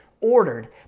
Ordered